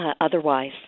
otherwise